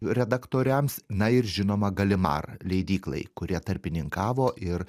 redaktoriams na ir žinoma galimar leidyklai kurie tarpininkavo ir